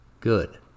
good